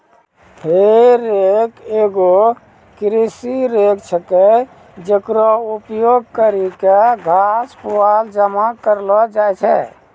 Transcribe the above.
हे रेक एगो कृषि रेक छिकै, जेकरो उपयोग करि क घास, पुआल जमा करलो जाय छै